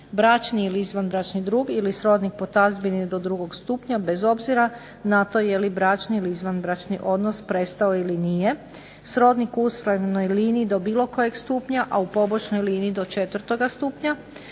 bračni ili izvanbračni drug ili srodni po tazbini do drugog stupanja bez obzira na to jeli bračni ili izvanbračni odnos prestao ili nije, srodnik u uspravnoj liniji do bilo kojeg stupnja, a u pobočnoj liniji do 4. stupnja